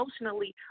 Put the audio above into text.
emotionally